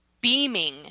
beaming